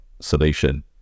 solution